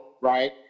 right